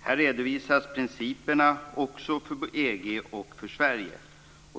Här redovisas också principerna för EU och för Sverige.